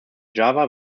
java